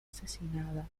asesinada